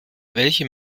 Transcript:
welche